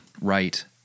right